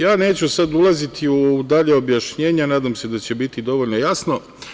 Ja neću sada ulaziti u dalja objašnjenja, nadam se da će biti dovoljno jasno.